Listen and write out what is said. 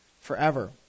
forever